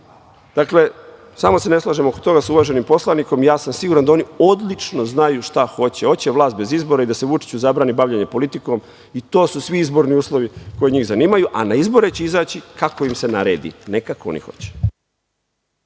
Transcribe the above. samo se ne slažem oko toga sa uvaženim poslanikom, ja sam siguran da oni odlično znaju šta hoće. Hoće vlast bez izbora i da se Vučiću zabrani bavljenje politikom i to su svi izborni uslovi koje njih zanimaju, a na izbore će izaći kako im se naredi, ne kako oni hoće.